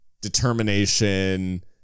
determination